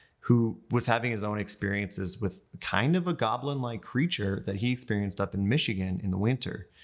who was having his own experiences with kind of a goblin-like creature that he experienced up in michigan in the winter.